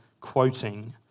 quoting